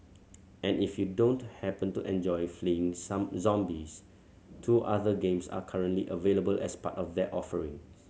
and if you don't happen to enjoy fleeing zombies two other games are currently available as part of their offering